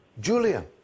Julian